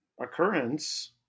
occurrence